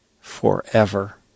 forever